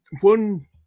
one